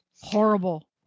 Horrible